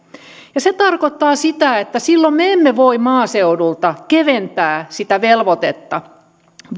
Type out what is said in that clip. ja se tarkoittaa sitä että silloin me emme voi maaseudulta keventää sitä velvoitetta